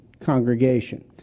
congregation